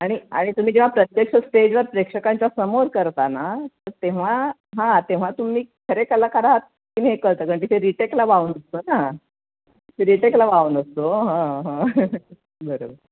आणि आणि तुम्ही जेव्हा प्रत्यक्ष स्टेजवर प्रेक्षकांच्या समोर करता ना तर तेव्हा हां तेव्हा तुम्ही खरे कलाकार आहात तुमी हे करतात कारण तिथे रिटेकला वाव नसतो ना तिथे रिटेकला वाव नसतो हं हं बरोबर